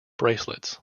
bracelets